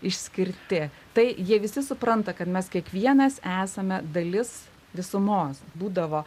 išskirti tai jie visi supranta kad mes kiekvienas esame dalis visumos būdavo